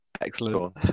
Excellent